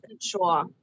sure